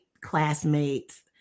classmates